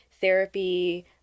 therapy